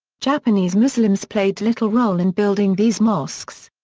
japanese muslims played little role in building these mosques.